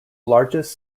largest